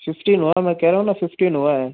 fifteen हुआ है में कह रहा हूँ न फिफ्टीन हुआ है